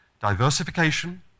diversification